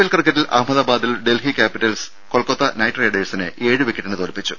L ക്രിക്കറ്റിൽ അഹമ്മദാബാദിൽ Delhi capitals Kolkata knight റൈഡേഴ്സിനെ ഏഴ് വിക്കറ്റിന് തോൽപ്പിച്ചു